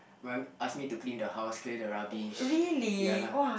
remind ask me to clean the house clear the rubbish